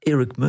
Eric